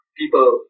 people